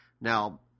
Now